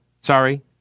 Sorry